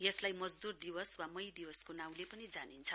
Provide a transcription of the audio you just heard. यसलाई मजद्र दिवस वा मई दिवसको नाउंले पनि जनिन्छ